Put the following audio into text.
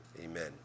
Amen